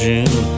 June